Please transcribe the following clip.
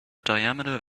diameter